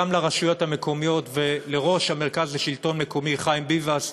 גם לרשויות המקומיות ולראש המרכז לשלטון מקומי חיים ביבס,